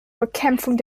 bekämpfung